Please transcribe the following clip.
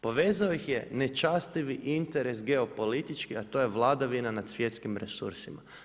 Povezao ih je nečastivi interes geopolitički a to je vladavina nad svjetskim resursima.